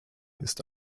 ist